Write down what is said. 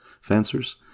fencers